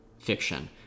fiction